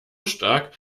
stark